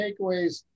takeaways